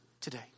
today